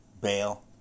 bail